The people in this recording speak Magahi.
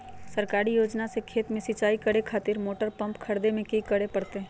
सरकारी योजना से खेत में सिंचाई करे खातिर मोटर पंप खरीदे में की करे परतय?